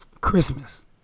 Christmas